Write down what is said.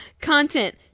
Content